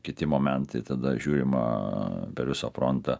kiti momentai tada žiūrima per visą frontą